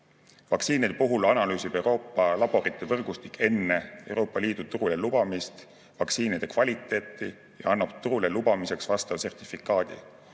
Vaktsiinide puhul analüüsib Euroopa laborite võrgustik enne Euroopa Liidu turule lubamist vaktsiinide kvaliteeti ja annab turule lubamiseks vastava sertifikaadi.